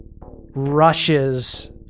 rushes